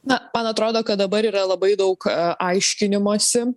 na man atrodo kad dabar yra labai daug aiškinimosi